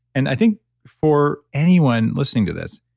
and i think for anyone listening to this,